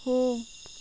हो